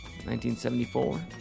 1974